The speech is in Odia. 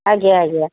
ଆଜ୍ଞା ଆଜ୍ଞା